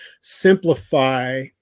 simplify